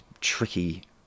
tricky